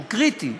שהוא קריטי,